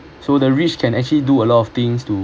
so the rich can actually do a lot of things to